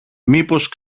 μήπως